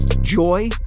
Joy